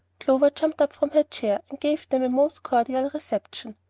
clover jumped up from her chair, and gave them a most cordial reception.